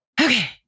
okay